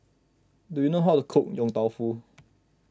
do you know how to cook Yong Tau Foo